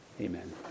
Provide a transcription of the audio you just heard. Amen